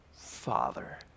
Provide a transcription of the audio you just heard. Father